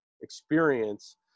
experience